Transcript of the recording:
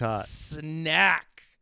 snack